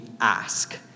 ask